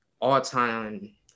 all-time